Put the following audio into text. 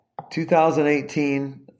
2018